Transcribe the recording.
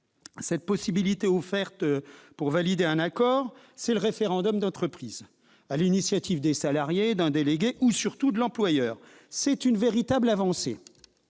Cette possibilité offerte pour valider un accord, c'est le référendum d'entreprise, sur l'initiative des salariés, d'un syndicat représentatif ou de l'employeur. C'est une véritable avancée